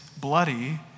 bloody